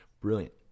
Brilliant